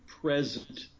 present